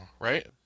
right